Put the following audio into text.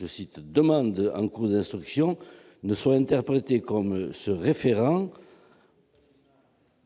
les mots « demandes en cours d'instruction » ne soient interprétés comme se référant